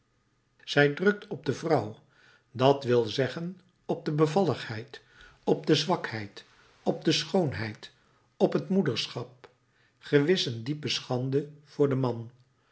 zij drukt op de vrouw dat wil zeggen op de bevalligheid op de zwakheid op de schoonheid op het moederschap gewis een diepe schande voor den man